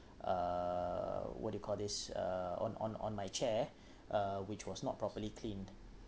uh what do you call this uh on on on my chair uh which was not properly cleaned